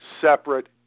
separate